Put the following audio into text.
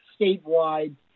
statewide